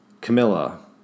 Camilla